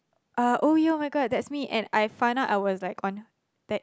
uh oh ya [oh]-my-god that's me and I found out I was like on that